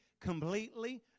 completely